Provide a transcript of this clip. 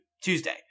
Tuesday